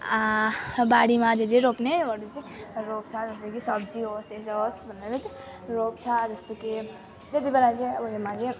बारीमा जे जे रोप्नेहरू चाहिँ रोप्छ जस्तो कि सब्जी होस् यसो होस् भनेर चाहिँ रोप्छ जस्तो कि त्यत्ति बेला चाहिँ अब